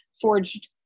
forged